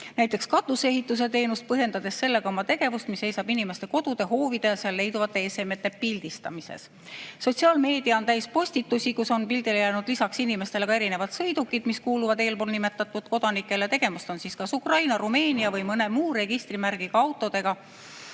näiteks katuse ehituse teenust, põhjendades sellega oma tegevust, mis seisneb inimeste kodude hoovides seal leiduvate esemete pildistamises. Sotsiaalmeedia on täis postitusi, kus on pildile jäänud lisaks inimestele ka sõidukid, mis kuuluvad eelpool nimetatud kodanikele. Tegemist on Ukraina, Rumeenia või mõne muu registrimärgiga autodega. Eesti